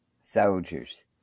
soldiers